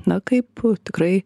na kaip tikrai